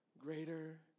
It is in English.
greater